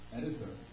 editor